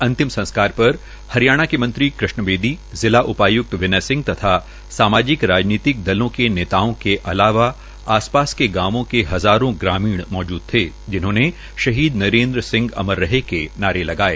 अंतिम संस्कार पर हरियाणा में कृष्ण बेदी जिला उपाय्क्त विनय सिंह तथा सामाजिक राजनीतिक दलों के नेताओं के अलावा आस पास के गांवों के हजारों ग्रामीण मौजूद थे जिन्होंने शहीद नरेन्द्र सिंह अंमर रहे के नारे लगाये